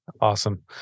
Awesome